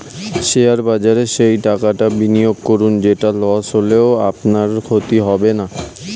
share বাজারে সেই টাকাটা বিনিয়োগ করুন যেটা লস হলেও আপনার ক্ষতি হবে না